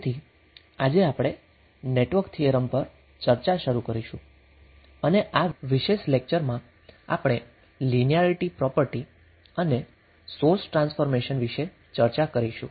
તેથી આજે આપણે નેટવર્ક થિયરમ પર ચર્ચા શરૂ કરીશુ અને આ વિશેષ લેક્ચર માં આપણે લિનિયારીટી પ્રોપર્ટી અને સોર્સ ટ્રાન્સફોર્મેશન વિશે ચર્ચા કરીશું